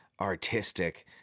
artistic